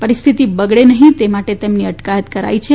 પરિહ્યથતિ બગડે નફી તે માટે તેમની અટકાયત કરાઇ છે